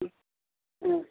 ம் ம்